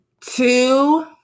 Two